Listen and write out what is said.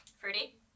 Fruity